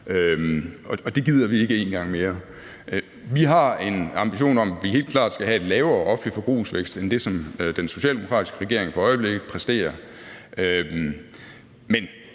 og det gider vi ikke en gang mere. Vi har en ambition om, at vi helt klart skal have en lavere offentlig forbrugsvækst end det, som den socialdemokratiske regering for øjeblikket præsterer.